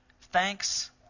Thanks